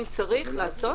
אם צריך לעשות,